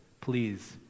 please